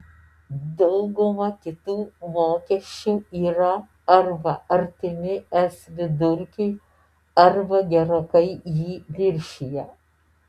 dauguma kitų mokesčių yra arba artimi es vidurkiui arba gerokai jį viršija